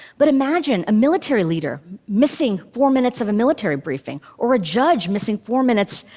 but imagine a military leader missing four minutes of a military briefing, or a judge missing four minutes